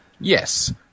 Yes